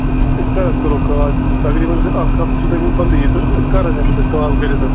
أسۍ کَر حظ کَرَو کال تقریٖبَن چھُو تۄہہِ ؤنۍ اَکھ ہفہ چھُ تۄہہ ؤنۍ بَنٛدٕے یہِ تہٕ أسۍ کر حظ ہٮ۪کَو تۄہہِ کال کٔرِتھ